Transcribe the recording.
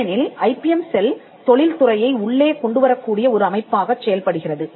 ஏனெனில் IBM cell தொழில்துறையை உள்ளே கொண்டுவரக்கூடிய ஒரு அமைப்பாகச் செயல்படுகிறது